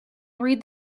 read